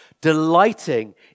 delighting